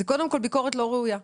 זה קודם כל ביקורת לא ראויה.